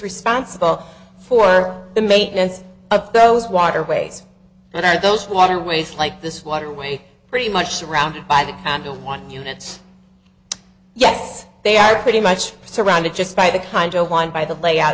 responsible for the maintenance of those waterways and are those waterways like this waterway pretty much surrounded by the condo one units yes they are pretty much surrounded just by the condo one by the layout